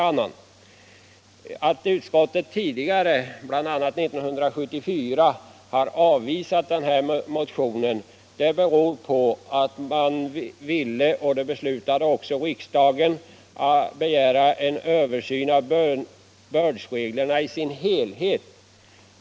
Att utskottet tidigare har avvisat motioner i samma ämne beror på att man ville — riksdagen beslöt också i enlighet med utskottets förslag — begära en översyn av bördsreglerna i deras helhet.